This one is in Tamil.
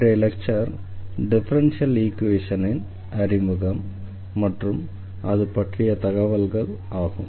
இன்றைய லெக்சர் டிஃபரன்ஷியல் ஈக்வேஷனின் அறிமுகம் மற்றும் அது பற்றிய தகவல்கள் ஆகும்